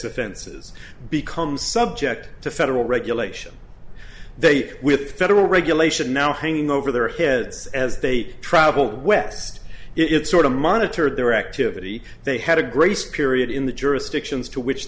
offenses become subject to federal regulation they with federal regulation now hanging over their heads as they travel west it sort of monitored their activity they had a grace period in the jurisdictions to which